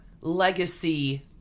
legacy